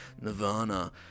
Nirvana